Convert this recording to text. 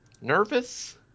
nervous